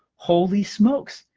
holy smokes,